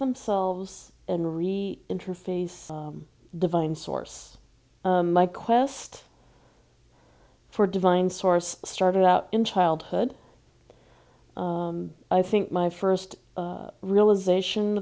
themselves and re interface divine source my quest for divine source started out in childhood i think my first realization